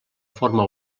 forma